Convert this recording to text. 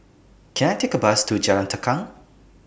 Can I Take A Bus to Jalan Tukang